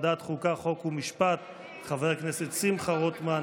ועדת החוקה, חוק ומשפט חבר הכנסת שמחה רוטמן,